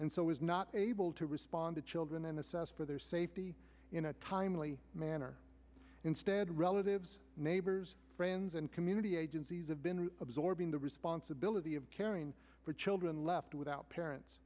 and so is not able to respond to children and assess for their safety in a timely manner instead relatives neighbors friends and community agencies have been absorbing the responsibility of caring for children left without parents